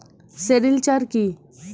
Sericulture কি?